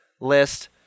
list